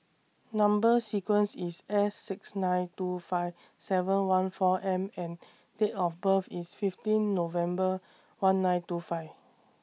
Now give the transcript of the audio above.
Number sequence IS S six nine two five seven one four M and Date of birth IS fifteen November one nine two five